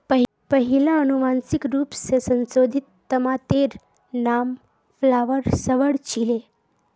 पहिला अनुवांशिक रूप स संशोधित तमातेर नाम फ्लावर सवर छीले